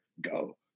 go